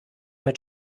mit